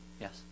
yes